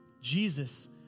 Jesus